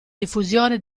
diffusione